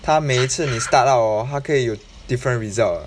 他每一次你 start up orh 他可以有 different result ah